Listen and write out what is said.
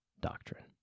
doctrine